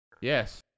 Yes